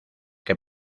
que